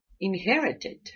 inherited